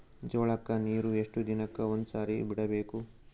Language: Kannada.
ಜೋಳ ಕ್ಕನೀರು ಎಷ್ಟ್ ದಿನಕ್ಕ ಒಂದ್ಸರಿ ಬಿಡಬೇಕು?